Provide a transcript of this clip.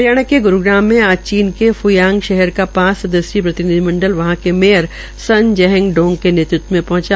हरियाणा के गुरूग्राम में आज चीन फूयांग शहर का पांच सदस्यीय प्रतिनिधि मंडल वहां के मेयर सन जहंग डोंग नेतृत्व में पहंचा